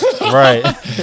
Right